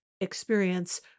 experience